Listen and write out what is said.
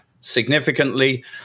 significantly